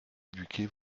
éduquer